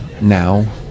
now